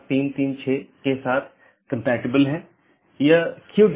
update message मूल रूप से BGP साथियों के बीच से रूटिंग जानकारी है